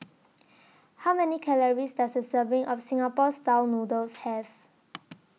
How Many Calories Does A Serving of Singapore Style Noodles has